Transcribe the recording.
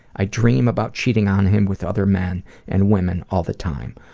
i dream about cheating on him with other men and women all the time.